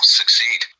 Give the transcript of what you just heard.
succeed